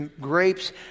grapes